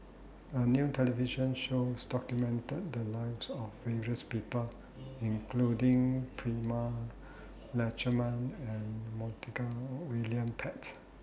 A New television shows documented The Lives of various People including Prema Letchumanan and Montague William Pett